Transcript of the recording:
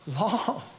long